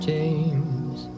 James